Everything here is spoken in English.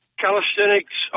calisthenics